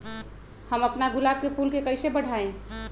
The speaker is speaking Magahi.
हम अपना गुलाब के फूल के कईसे बढ़ाई?